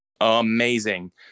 Amazing